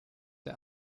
der